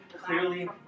clearly